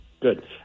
Good